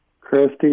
Christy